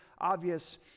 obvious